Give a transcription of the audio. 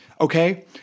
okay